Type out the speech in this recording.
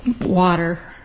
water